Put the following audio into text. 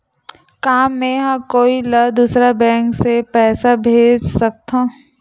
का मेंहा कोई ला दूसर बैंक से पैसा भेज सकथव?